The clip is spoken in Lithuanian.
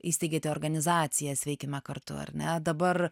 įsteigėte organizacijas sveikime kartu ar ne dabar